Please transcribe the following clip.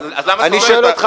אז למה אתה שואל אותי?